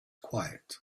quiet